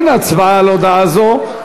אין הצבעה על הודעה זו,